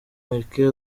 merkel